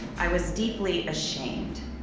i was deeply ashamed.